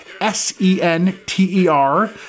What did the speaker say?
S-E-N-T-E-R